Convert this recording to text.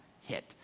hit